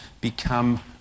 become